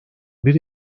bir